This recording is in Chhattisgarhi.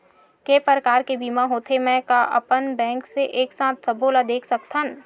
के प्रकार के बीमा होथे मै का अपन बैंक से एक साथ सबो ला देख सकथन?